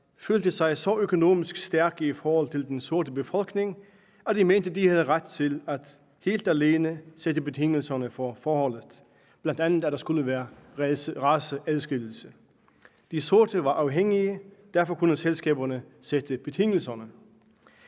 følte sig så økonomisk stærke i forhold til den sorte befolkning, at de mente, at de havde ret til helt alene at fastsætte betingelserne for forholdet. De bestemte bl.a., at der skulle være raceadskillelse. De sorte var afhængige, og derfor kunne selskaberne fastsætte betingelserne.